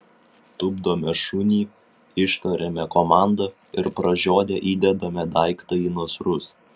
tupdome šunį ištariame komandą ir pražiodę įdedame daiktą į nasrus